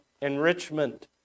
enrichment